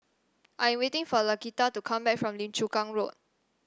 I am waiting for Laquita to come back from Lim Chu Kang Road